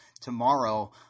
tomorrow